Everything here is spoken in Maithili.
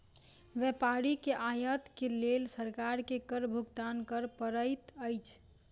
व्यापारी के आयत के लेल सरकार के कर भुगतान कर पड़ैत अछि